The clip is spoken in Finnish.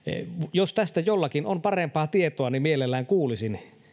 jos tästä jollakin on parempaa tietoa niin mielelläni kuulisin